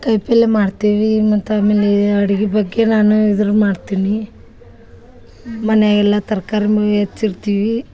ಕಾಯ್ ಪಲ್ಲೆ ಮಾಡ್ತೀವಿ ಮತ್ತೆ ಆಮೇಲೆ ಅಡ್ಗಿ ಬಗ್ಗೆ ನಾನು ಇದ್ರನ ಮಾಡ್ತೀನಿ ಮನೆಯೆಲ್ಲ ತರಕಾರಿ ಮ್ ಹೆಚ್ಚಿರ್ತೀವಿ